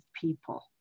people